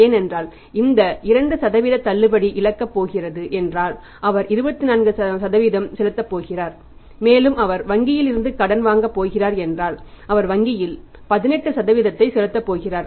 ஏனென்றால் இந்த 2 தள்ளுபடியை இழக்கப் போகிறது என்றாள் அவர் 24 செலுத்தப் போகிறார் மேலும் அவர் வங்கியில் இருந்து கடன் வாங்கப் போகிறார் என்றால் அவர் வங்கியில் 18 செலுத்தப் போகிறார்